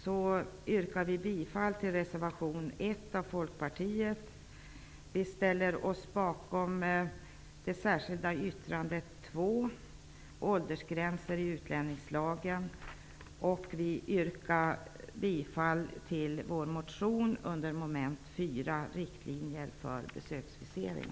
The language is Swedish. Vi yrkar bifall till reservation 1 av Folkpartiet, ställer oss bakom det särskilda yttrandet 2, om åldersgränser i utlänningslagen, och yrkar bifall till vår motion under mom. 4, om riktlinjer för besöksvisering.